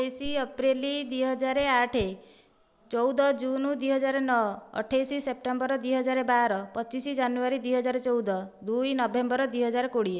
ତେଇଶ ଏପ୍ରିଲ୍ ଦୁଇହଜାର ଆଠ ଚଉଦ ଜୁନ୍ ଦୁଇହଜାର ନଅ ଅଠେଇଶ ସେପ୍ଟେମ୍ବର ଦୁଇହଜାର ବାର ପଚିଶ ଜାନୁଆରୀ ଦୁଇହଜାର ଚଉଦ ଦୁଇ ନଭେମ୍ବର ଦୁଇହଜାର କୋଡ଼ିଏ